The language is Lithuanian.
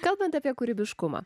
kalbant apie kūrybiškumą